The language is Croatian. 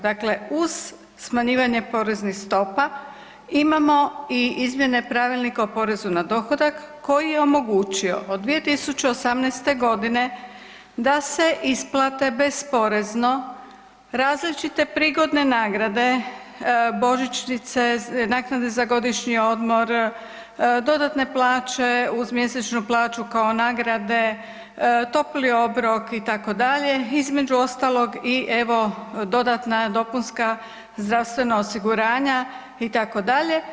Dakle uz smanjivanje poreznih stopa imamo i izmjene Pravilnika o porezu na dohodak koji je omogućio od 2018. godine da se isplate bezporezno različite prigodne nagrade, božićnice, naknade za godišnji odmor, dodatne plaće uz mjesečnu plaću kao nagrade, topli obrok itd. između ostalog evo i dodatna dopunska zdravstvena osiguranja itd.